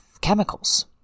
chemicals